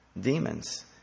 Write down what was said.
demons